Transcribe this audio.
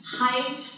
height